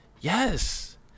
yes